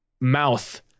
mouth